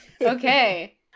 Okay